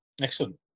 excellent